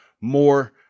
more